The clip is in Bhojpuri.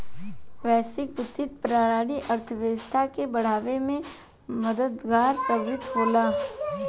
वैश्विक वित्तीय प्रणाली अर्थव्यवस्था के बढ़ावे में मददगार साबित होला